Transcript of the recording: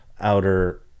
outer